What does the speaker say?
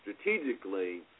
strategically